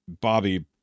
bobby